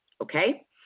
okay